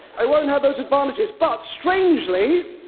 i won't have those advantages, but strangely,